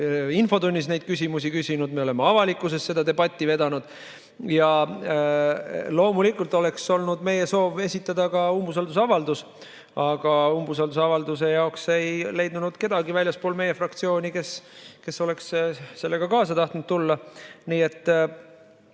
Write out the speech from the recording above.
infotunnis neid küsimusi küsinud, me oleme avalikkuses seda debatti vedanud. Loomulikult oleks olnud meie soov esitada ka umbusaldusavaldus, aga ei leidunud kedagi väljaspool meie fraktsiooni, kes oleks sellega kaasa tahtnud tulla. Nii et